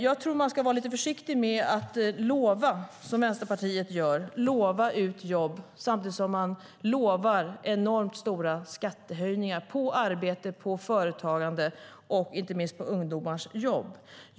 Jag tror att man ska vara lite försiktig med att, som Vänsterpartiet gör, utlova jobb samtidigt som man lovar enormt stora skattehöjningar på arbete, på företagande och inte minst på ungdomars jobb.